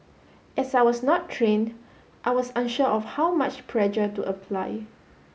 as I was not trained I was unsure of how much pressure to apply